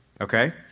okay